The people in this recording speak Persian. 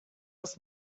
است